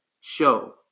show